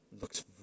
looks